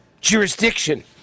jurisdiction